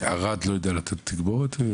ערד לא יודע לתת תגבורת?